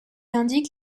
indique